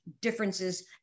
differences